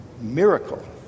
miracle